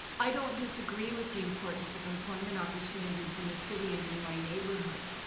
i don't disagree with the importance of employment opportunities in the city and in my neighbourhood.